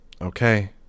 Okay